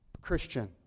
Christian